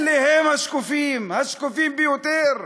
אלה הם השקופים, השקופים ביותר.